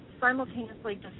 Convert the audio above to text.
simultaneously